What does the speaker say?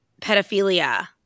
pedophilia